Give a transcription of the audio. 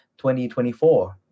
2024